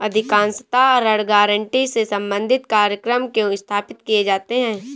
अधिकांशतः ऋण गारंटी से संबंधित कार्यक्रम क्यों स्थापित किए जाते हैं?